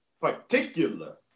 particular